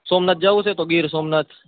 સોમનાથ જવું છે તો ગીર સોમનાથ